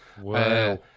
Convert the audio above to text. wow